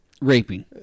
Raping